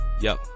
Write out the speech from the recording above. yo